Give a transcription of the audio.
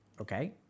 Okay